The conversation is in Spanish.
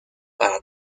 para